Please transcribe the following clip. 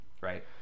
right